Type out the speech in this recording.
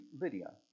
Lydia